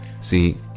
See